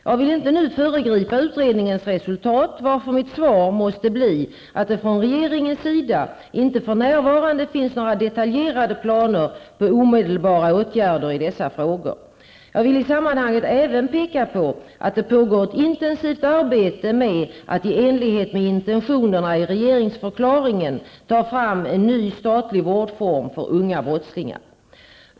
Jag vill inte nu föregripa utredningens resultat, varför mitt svar måste bli att det från regeringens sida inte för närvarande finns några detaljerade planer på omedelbara åtgärder i dessa frågor. Jag vill i sammanhanget även peka på att det pågår ett intensivt arbete med att i enlighet med intentionerna i regeringsförklaringen ta fram en ny statlig vårdform för unga brottslingar.